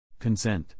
Consent